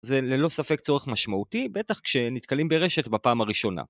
זה ללא ספק צורך משמעותי, בטח כשנתקלים ברשת בפעם הראשונה.